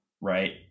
Right